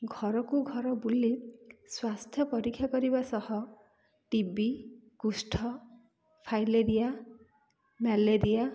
ଘରକୁ ଘର ବୁଲି ସ୍ୱାସ୍ଥ୍ୟ ପରୀକ୍ଷା କରିବା ସହ ଟିବି କୁଷ୍ଠ ଫାଇଲେରିଆ ମ୍ୟାଲେରିଆ